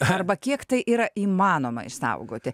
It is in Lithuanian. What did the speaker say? arba kiek tai yra įmanoma išsaugoti